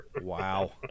Wow